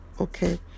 okay